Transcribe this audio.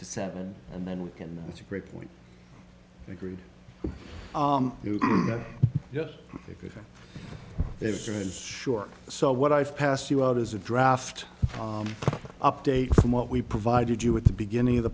to seven and then we can that's a great point agreed yes it is sure so what i've passed you out is a draft update from what we provided you at the beginning of the